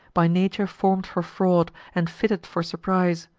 by nature form'd for fraud, and fitted for surprise.